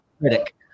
critic